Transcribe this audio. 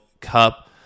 Cup